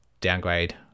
downgrade